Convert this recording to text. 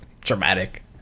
dramatic